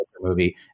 movie